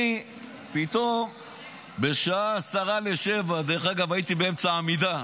פתאום בשעה 6:50, הייתי באמצע תפילת עמידה,